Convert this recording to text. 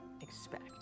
expect